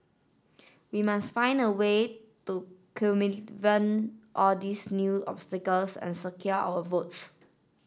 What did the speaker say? we must find a way to all these new obstacles and secure our votes